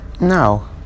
No